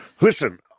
Listen